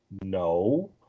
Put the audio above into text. no